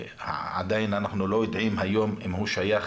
שעדיין אנחנו לא יודעים היום אם הוא שייך